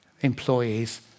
employees